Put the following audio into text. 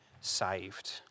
saved